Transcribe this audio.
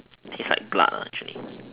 taste like blood actually